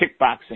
kickboxing